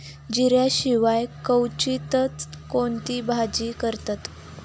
जिऱ्या शिवाय क्वचितच कोणती भाजी करतत